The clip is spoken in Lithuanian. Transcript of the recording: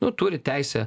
nu turi teisę